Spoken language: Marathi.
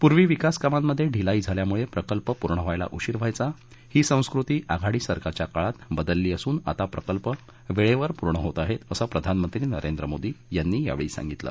पूर्वी विकास कामांमधे ढिलाई झाल्यामुळे प्रकल्प पूर्ण व्हायला उशिर होत व्हांयचा ही संस्कृती आघाडी सरकारच्या काळात बदलली असून आता प्रकल्प वेळेवर पूर्ण होत आहेत असं प्रधानमंत्री नरेंद्र मोदी यांनी यावेळी सांगितलं